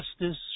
justice